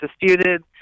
disputed